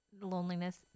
loneliness